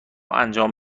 انجام